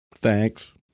Thanks